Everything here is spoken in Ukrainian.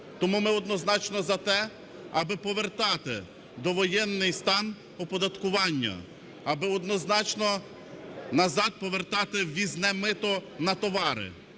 Тому ми однозначно за те, аби повертати довоєнний стан оподаткування, аби однозначно назад повертати ввізне мито на товари.